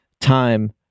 time